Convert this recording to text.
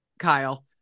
kyle